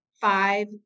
five